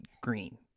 green